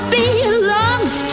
belongs